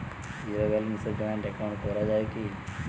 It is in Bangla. জীরো ব্যালেন্সে জয়েন্ট একাউন্ট করা য়ায় কি?